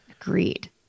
Agreed